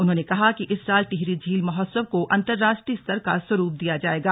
उन्होंने कहा कि इस साल टिहरी झील महोत्सव को अन्तर्राष्ट्रीय स्तर का स्वरूप दिया जायेगा